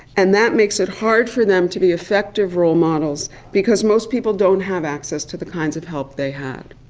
and that makes it hard for them to be effective role models because most people don't have access to the kinds of help they had.